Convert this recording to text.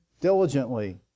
diligently